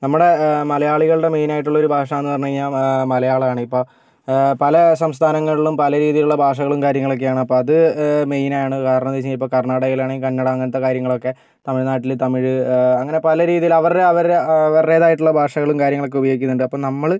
നമ്മുടെ മലയാളികളുടെ മെയിനായിട്ടുള്ള ഒരു ഭാഷയെന്ന് പറഞ്ഞ് കഴിഞ്ഞാൽ മലയാളമാണ് ഇപ്പം പല സംസ്ഥാനങ്ങളിലും പല രീതിയിലുള്ള ഭാഷകളും കാര്യങ്ങളൊക്കെയാണ് അപ്പം അത് മെയിൻ ആണ് കാരണമെന്താണെന്ന് വെച്ച് കഴിഞ്ഞാൽ ഇപ്പം കർണാടകയിലാണെങ്കിൽ കന്നഡ അങ്ങനത്തെ കാര്യങ്ങളൊക്കെ തമിഴ്നാട്ടിൽ തമിഴ് അങ്ങനെ പലരീതിയിൽ അവർ അവർ അവരുടേതായിട്ടുള്ള ഭാഷകളും കാര്യങ്ങളൊക്കെ ഉപയോഗിക്കുന്നുണ്ട് അപ്പം നമ്മൾ